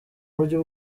buryo